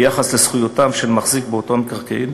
ביחס לזכויותיו של המחזיק באותם מקרקעין,